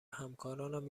همکاران